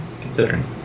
considering